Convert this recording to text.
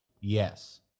Yes